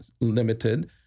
limited